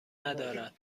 ندارد